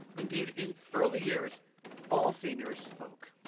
indeed, in early years all seniors spoke.